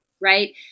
right